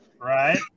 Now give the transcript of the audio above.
Right